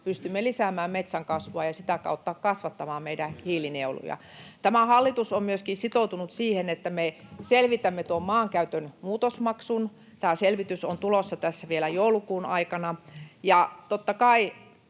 pystymme lisäämään metsän kasvua ja sitä kautta kasvattamaan meidän hiilinieluja. [Petri Huru: Juuri näin!] Tämä hallitus on myöskin sitoutunut siihen, että me selvitämme tuon maankäytön muutosmaksun. Tämä selvitys on tulossa tässä vielä joulukuun aikana. Ja totta kai